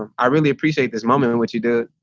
um i really appreciate this moment in what you do.